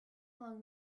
along